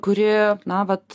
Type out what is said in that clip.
kure na vat